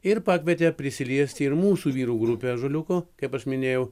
ir pakvietė prisiliesti ir mūsų vyrų grupę ąžuoliukų kaip aš minėjau